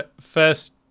first